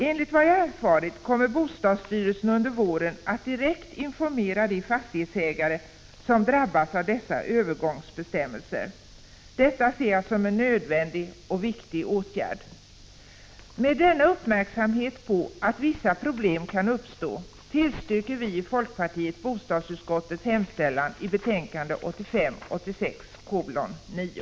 Enligt vad jag erfarit kommer bostadsstyrelsen under våren att direkt informera de fastighetsägare som drabbas av dessa övergångsbestämmelser. Detta ser jag som en nödvändig och viktig åtgärd. Med denna uppmärksamhet på att vissa problem kan uppstå tillstyrker vi i folkpartiet bostadsutskottets hemställan i betänkande 1985/86:9.